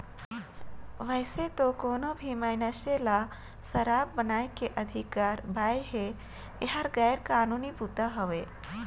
वइसे तो कोनो भी मइनसे ल सराब बनाए के अधिकार बइ हे, एहर गैर कानूनी बूता हवे